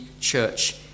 church